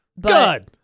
Good